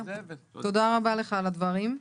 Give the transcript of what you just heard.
תודה רבה לך על הדברים.